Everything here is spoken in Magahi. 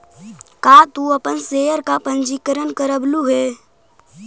का तू अपन शेयर का पंजीकरण करवलु हे